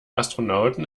astronauten